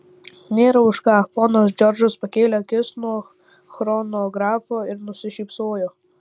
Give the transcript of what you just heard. nėra už ką ponas džordžas pakėlė akis nuo chronografo ir nusišypsojo